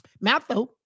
Matthew